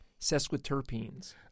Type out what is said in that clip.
Sesquiterpenes